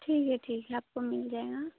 ठीक है ठीक है आपको मिल जाएगा